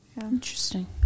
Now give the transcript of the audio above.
Interesting